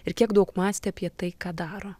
ir kiek daug mąstė apie tai ką daro